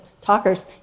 talkers